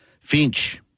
Finch